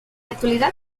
actualidad